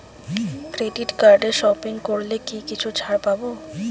Credit কার্ডে shopping করলে কি কিছু ছাড় পাব?